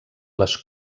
les